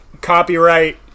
copyright